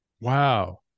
Wow